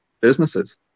businesses